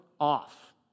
off